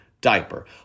diaper